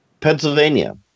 Pennsylvania